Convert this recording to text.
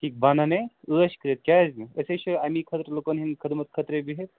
ہَے بنَن ہے عٲش کٔرِتھ کیٛازِ نہٕ أسۍ ہَے چھِ أمی خٲطرٕ لوٗکَن ہٕنٛدِ خٔدمت خٲطرے بِہِتھ